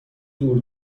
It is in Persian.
دور